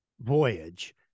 voyage